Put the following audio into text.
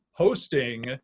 Hosting